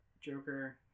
Joker